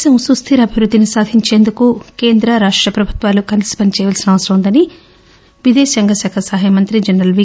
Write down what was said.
దేశం సుస్దిర అభివృద్దిని సాధించేందుకు కేంద్ర రాష్ట ప్రభుత్వాలు కలిసి పనిచేయాల్సిన అవసరముందని విదేశాంగ శాఖ సహాయ మంత్రి జనరల్ వి